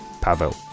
Pavel